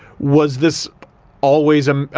was this always, i'm,